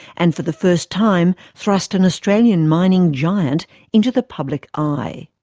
and for the first time thrust an australian mining giant into the public eye.